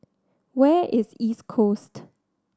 where is East Coast